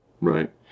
Right